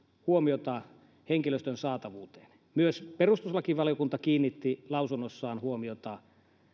huomiota henkilöstön saatavuuteen myös perustuslakivaliokunta kiinnitti lausunnossaan huomiota